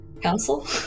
Council